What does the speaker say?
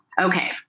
Okay